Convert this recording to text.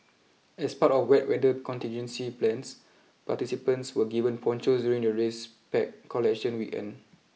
as part of wet weather contingency plans participants were given ponchos during the race pack collection weekend